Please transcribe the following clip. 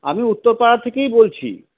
আমি উত্তরপাড়া থেকেই বলছি